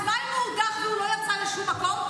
אז מה אם הוא הודח והוא לא יצא לשום מקום?